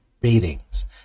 beatings